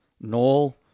Noel